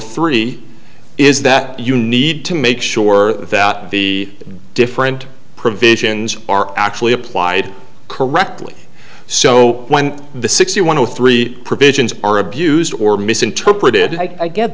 thirty is that you need to make sure that the different provisions are actually applied correctly so when the sixty one of the three provisions are abused or misinterpreted i get